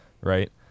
right